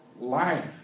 Life